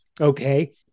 okay